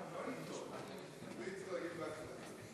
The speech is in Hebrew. בהצלחה,